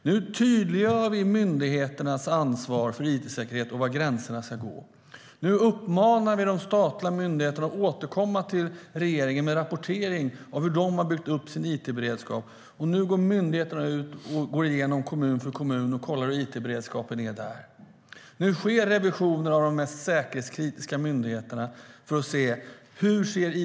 Nu tydliggör vi myndigheternas ansvar för it-säkerhet och var gränserna ska gå. Nu uppmanar vi de statliga myndigheterna att återkomma till regeringen med rapportering om hur de har byggt upp sin it-beredskap. Nu går myndigheterna igenom kommun efter kommun för att kolla hur it-beredskapen är. Nu sker revisioner av de mest säkerhetskritiska myndigheterna för att se hur it-beredskapen ser ut där.